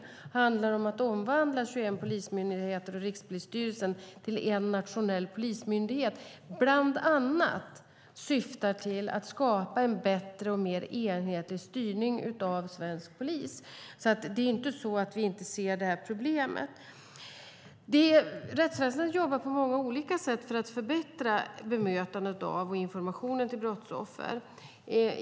Det handlar om att omvandla 21 polismyndigheter och Rikspolisstyrelsen till en nationell polismyndighet. Bland annat syftar det till att skapa en bättre och mer enhetlig styrning av svensk polis. Det är inte så att vi inte ser det här problemet. Rättsväsendet jobbar på många olika sätt för att förbättra bemötandet av och informationen till brottsoffer.